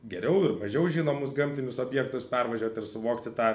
geriau ir mažiau žinomus gamtinius objektus pervažiuot ir suvokti tą